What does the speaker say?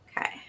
Okay